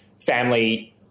family